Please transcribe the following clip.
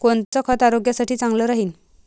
कोनचं खत आरोग्यासाठी चांगलं राहीन?